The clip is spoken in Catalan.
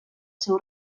seu